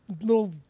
little